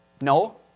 No